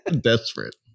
Desperate